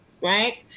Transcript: right